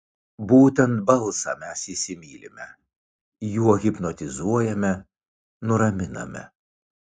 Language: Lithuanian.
būtent balsą mes įsimylime juo hipnotizuojame nuraminame